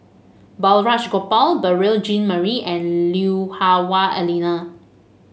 Balraj Gopal Beurel Jean Marie and Lui Hah Wah Elena